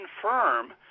confirm